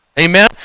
Amen